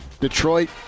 Detroit